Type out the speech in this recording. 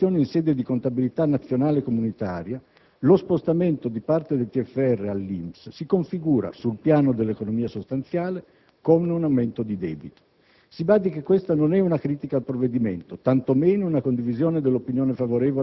come alcuni osservatori internazionali hanno fatto osservare, al di là delle configurazioni in sede di contabilità nazionale e comunitaria, lo spostamento di parte del TFR all'INPS si configura sul piano dell'economia sostanziale come un aumento di debito.